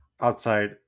outside